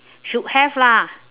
should have lah